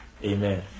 amen